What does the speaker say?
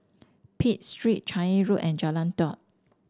Pitt Street Changi Road and Jalan Daud